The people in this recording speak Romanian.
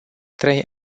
trei